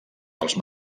pels